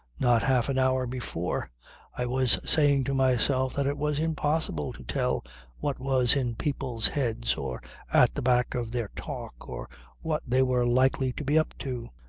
not half an hour before i was saying to myself that it was impossible to tell what was in people's heads or at the back of their talk, or what they were likely to be up to.